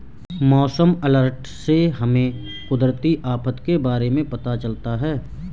मौसम अलर्ट से हमें कुदरती आफत के बारे में पता चलता है